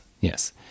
Yes